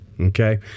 okay